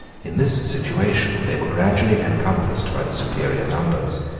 in this situation they were gradually encompassed by the superior numbers,